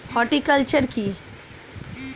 Horticulture কি?